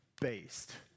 based